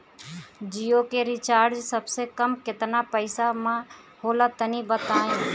जियो के रिचार्ज सबसे कम केतना पईसा म होला तनि बताई?